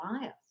bias